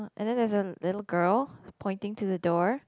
and then there's a little girl point to the door